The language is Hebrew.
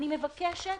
אני מבקשת